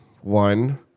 one